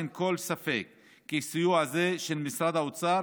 אין כל ספק כי סיוע זה של משרד האוצר